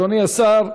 אדוני השר,